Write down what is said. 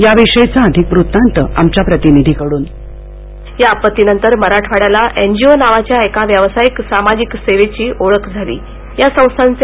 याविषयीचा अधिक वृत्तांत आमच्या प्रतिनिधीकडून या आपत्ती नंतर मराठवाडयाला एन जी ओ नावाच्या एका व्यावसायीक सामाजिक सेवेची ओळख झालीया संस्थांचे